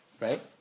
right